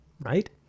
right